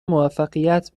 موفقیت